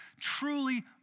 truly